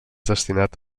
destinat